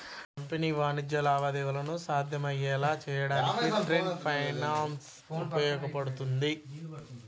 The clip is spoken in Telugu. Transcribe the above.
కంపెనీలు వాణిజ్య లావాదేవీలను సాధ్యమయ్యేలా చేయడానికి ట్రేడ్ ఫైనాన్స్ ఉపయోగపడుతుంది